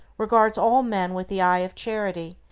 regards all men with the eye of charity,